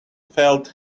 felt